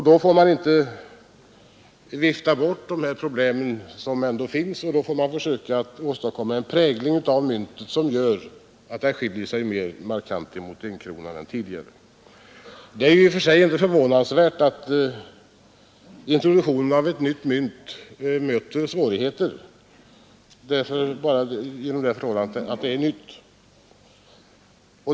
Då får man inte vifta bort de problem som ändå finns, och man får försöka åstadkomma en prägling av myntet som gör att det skiljer sig mer markant från enkronan än tidigare. Det är i och för sig inte förvånande att introduktionen av ett nytt mynt möter svårigheter bara genom det förhållandet att det är nytt.